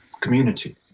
community